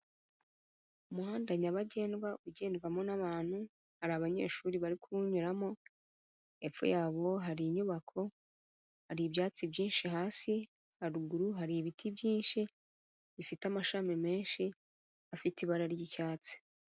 Umuhanda nyabagendwa ugendwamo n'abantu, hari abanyeshuri bari kuwunyuramo, epfo yabo hari inyubako, hari ibyatsi byinshi hasi, haruguru hari ibiti byinshi bifite amashami menshi afite ibara ry'icyatsi.